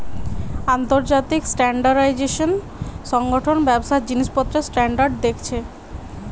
আন্তর্জাতিক স্ট্যান্ডার্ডাইজেশন সংগঠন ব্যবসার জিনিসপত্রের স্ট্যান্ডার্ড দেখছে